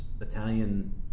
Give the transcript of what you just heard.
Italian